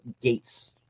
gates